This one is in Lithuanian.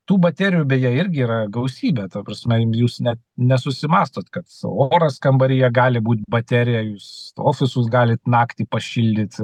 tų baterijų beje irgi yra gausybė ta prasme juk jūs net nesusimąstot kad oras kambaryje gali būt baterija jūs ofisus galit naktį pašildyti